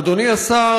אדוני השר,